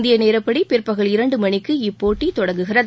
இந்திய நேரப்படி பிற்பகல் இரண்டு மணிக்கு இப்போட்டி தொடங்குகிறது